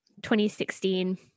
2016